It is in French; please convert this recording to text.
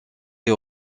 est